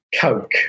Coke